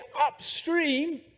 upstream